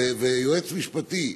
ויועץ משפטי,